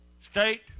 state